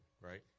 right